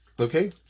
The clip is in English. Okay